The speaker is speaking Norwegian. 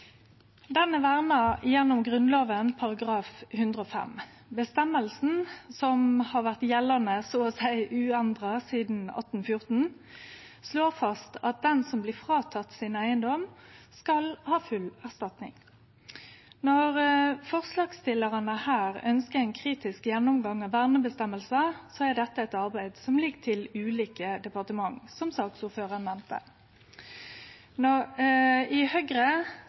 verna gjennom Grunnloven § 105. Føresegna, som har vore gjeldande så å seie uendra sidan 1814, slår fast at den som blir fråteken eigedomen sin, skal ha full erstatning. Når forslagsstillarane her ønskjer ein kritisk gjennomgang av verneføresegner, er dette eit arbeid som ligg til ulike departement, som saksordføraren nemnde. I Høgre